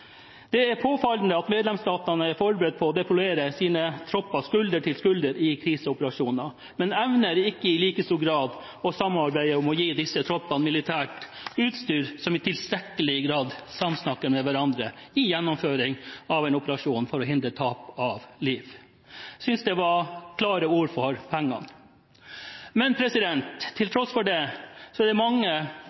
Det er påfallende at medlemsstatene er forberedt på å deployere sine tropper skulder-til-skulder i kriseoperasjoner, men evner ikke i like stor grad å samarbeide om å gi disse troppene militært utstyr som i tilstrekkelig grad samsnakker med hverandre i gjennomføring av en operasjon for å hindre tap av liv. Jeg synes det var klare ord for pengene. Men til tross for det er det mange